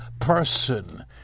person